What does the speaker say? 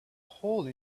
hole